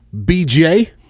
BJ